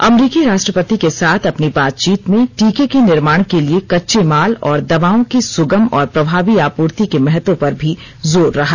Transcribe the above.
अमरीकी राष्ट्रपति के साथ अपनी बातचीत में टीके के निर्माण के लिए कच्चे माल और दवाओं की सुगम और प्रभावी आपूर्ति के महत्व पर भी जोर रहा